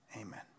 Amen